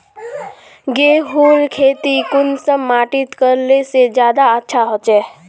गेहूँर खेती कुंसम माटित करले से ज्यादा अच्छा हाचे?